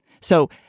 So-